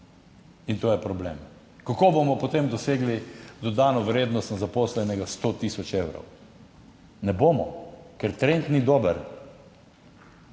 in to je problem. Kako bomo potem dosegli dodano vrednost na zaposlenega 100 tisoč evrov? Ne bomo, ker trend ni dober.